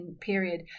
period